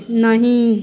नहि